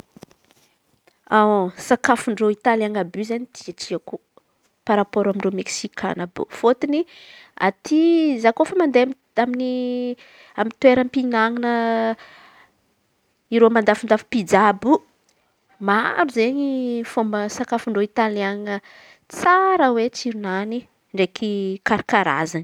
Sakafo ndreo Italiany àby io izen̈y tiàko tiako parapôro amy ndreo meksikana àby fôtony za kôfa mandeha amy toeram-pihinana ireo mandafondafo pijà àby io. Maro izen̈y sakafon-dreo Italiana tsara oe tsironany ndraiky karaKarazan̈y.